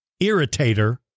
Irritator